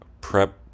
prep